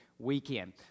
weekend